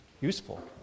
useful